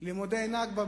שלימודי ה"נכבה",